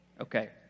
Okay